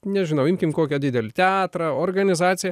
nežinau imkim kokią didelį teatrą organizaciją